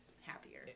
happier